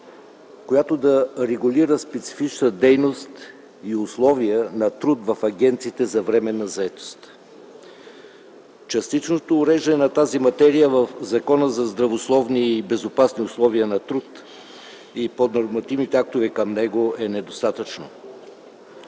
която да регулира специфичната дейност и условия на труд в агенциите за временна заетост. Частичното уреждане на тази материя в Закона за здравословни и безопасни условия на труд и поднормативните актове към него е недостатъчно.